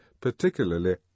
particularly